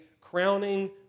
crowning